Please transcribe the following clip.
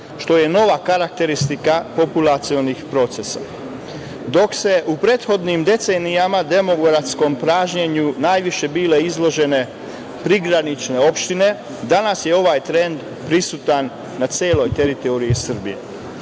što je nova karakteristika populacionih procesa, dok se u prethodnim decenijama demografskom pražnjenju najviše bile izložene prigranične opštine, danas je ovaj trend prisutan na celoj teritoriji Srbije. Razlike